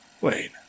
Wait